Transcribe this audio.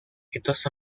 estos